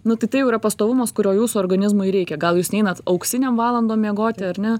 nu tai tai yra jau pastovumas kurio jūsų organizmui reikia gal jūs neinat auksinėm valandom miegoti ar ne